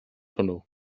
hwnnw